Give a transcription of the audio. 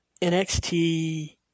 NXT